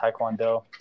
taekwondo